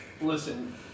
Listen